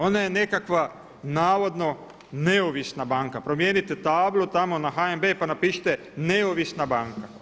Ona je nekakva navodno neovisna banka, promijenite tablu tamo na HNB pa napišite neovisna banka.